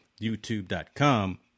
YouTube.com